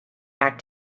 back